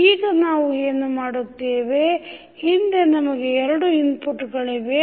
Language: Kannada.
ಈಗ ನಾವು ಏನು ಮಾಡುತ್ತೇವೆ ಹಿಂದಿ ನಮಗೆ ಎರಡು ಇನ್ಪುಟ್ ಗಳಿವೆ